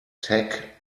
tack